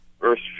Verse